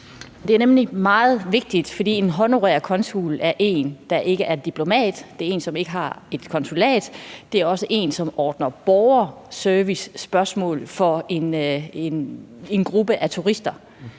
Det er nemlig meget vigtigt. For en honorær konsul er en, der ikke er en diplomat, det er en, som ikke har et konsulat. Det er også en, som ordner borgerservicespørgsmål for en gruppe af turister.